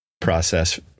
process